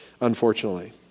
unfortunately